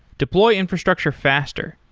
deploy infrastructure faster.